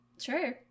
Sure